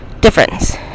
Difference